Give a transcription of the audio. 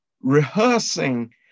rehearsing